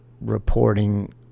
reporting